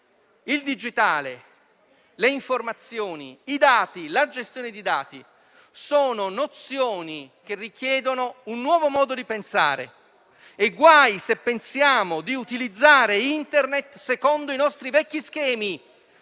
il digitale, le informazioni, i dati, la gestione dei dati sono nozioni che richiedono un nuovo modo di pensare. Guai se pensiamo di utilizzare Internet secondo i nostri vecchi schemi;